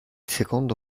secondo